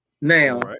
Now